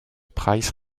price